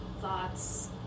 thoughts